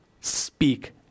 Speak